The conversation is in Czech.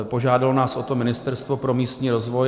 Požádalo nás o to Ministerstvo pro místní rozvoj.